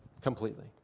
completely